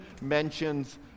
mentions